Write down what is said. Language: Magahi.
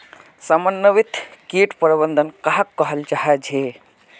समन्वित किट प्रबंधन कहाक कहाल जाहा झे?